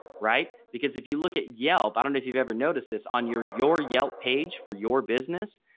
right. because if you look at yelp i don't know if you've ever noticed this on your, your yelp page for your business.